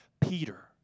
Peter